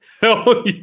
Hell